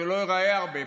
שלא ייראה הרבה.